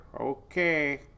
Okay